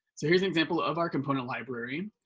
so here is an example of our component library.